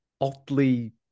Oddly